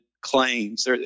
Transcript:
claims